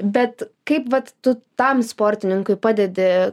bet kaip vat tu tam sportininkui padedi